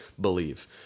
believe